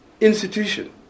institution